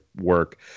work